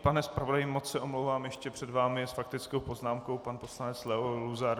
Pane zpravodaji, moc se omlouvám, ještě před vámi je s faktickou poznámkou pan poslanec Leo Luzar.